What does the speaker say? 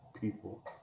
people